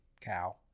cow